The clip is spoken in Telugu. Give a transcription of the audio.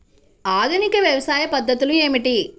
ఆధునిక వ్యవసాయ పద్ధతులు ఏమిటి?